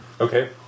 Okay